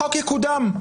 החוק יקודם.